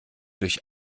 durch